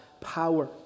power